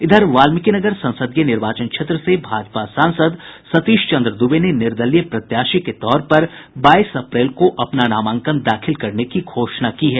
इधर वाल्मिकीनगर संसदीय निर्वाचन क्षेत्र से भाजपा सांसद सतीश चंद्र दूबे ने निर्दलीय प्रत्याशी के तौर पर बाईस अप्रैल को अपना नामांकन दाखिल करने की घोषणा की है